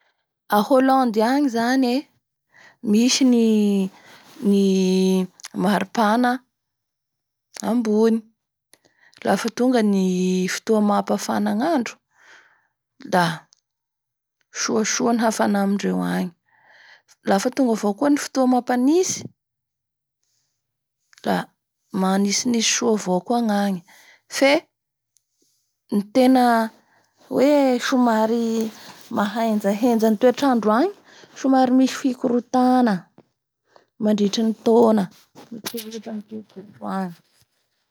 A Holandy agny zany e! Misy ny- ny maropana ambony lafa tonga ny fotoa mampafana ny andro da soasoa ny hafana amindreo agny lafa tonga avaoa koa ny fotoa mampanintsy la amanitsinintsy soa avao koa gnagny fe ny tena hoe somary mahenjahenja ny toetrandro agny somary misy fikorotana.